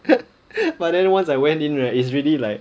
but then once I went in right it's really like